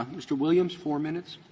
um mr. williams, four minutes.